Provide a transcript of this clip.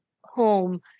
home